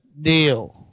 deal